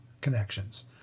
connections